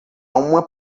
uma